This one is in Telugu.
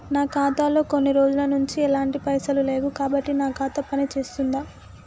నా ఖాతా లో కొన్ని రోజుల నుంచి ఎలాంటి పైసలు లేవు కాబట్టి నా ఖాతా పని చేస్తుందా?